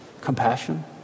compassion